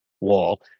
wall